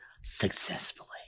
successfully